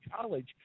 college